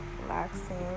relaxing